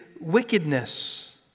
wickedness